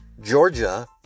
Georgia